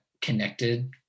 connected